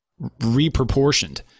reproportioned